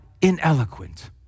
ineloquent